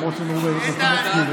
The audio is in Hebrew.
למרות שהם היו במקומות סגורים,